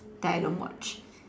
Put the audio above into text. that I don't watch